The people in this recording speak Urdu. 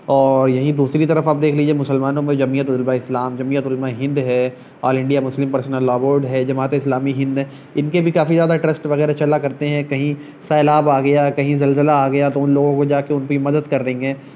اور یہیں دوسری طرف آپ دیکھ لیجیے مسلمانوں میں جمیعت علماء اسلام جمیعت علماء ہند ہے all India Muslim personal law board ہے جماعت اسلامی ہند ہے ان کے بھی کافی زیادہ ٹرسٹ وغیرہ چلا کرتے ہیں کہیں سیلاب آ گیا کہیں زلزلہ آ گیا تو ان لوگوں کو جا کے ان پہ مدد کر دیں گے